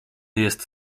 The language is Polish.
jest